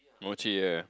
Mochi yeah